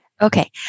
Okay